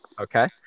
Okay